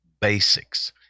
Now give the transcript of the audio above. basics